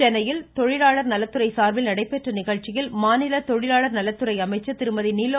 சென்னையில் தொழிலாளர் நலத்துறை சார்பில் நடைபெற்ற நிகழ்ச்சியில் மாநில தொழிலாளர் நலத்துறை அமைச்சர் திருமதி நிலோ